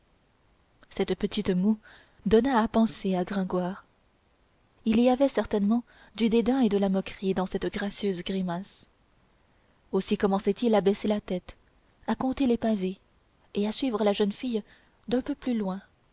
cette petite moue donna à penser à gringoire il y avait certainement du dédain et de la moquerie dans cette gracieuse grimace aussi commençait-il à baisser la tête à compter les pavés et à suivre la jeune fille d'un peu plus loin